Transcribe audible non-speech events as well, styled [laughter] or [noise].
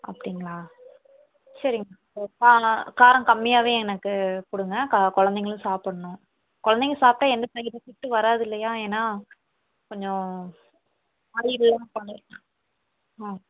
அப்படிங்ளா சரிங்க கா காரம் கம்மியாகவே எனக்கு கொடுங்க கா குழந்தைங்களும் சாப்பிட்ணும் குழந்தைங்க சாப்பிட்டா எந்த சைட் எஃபெக்ட்டும் வராது இல்லையா ஏன்னா கொஞ்சம் ஆயில் எல்லாம் [unintelligible] ஆ